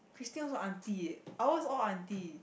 Christine also auntie eh ours all auntie